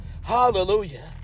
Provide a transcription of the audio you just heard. Hallelujah